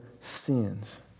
sins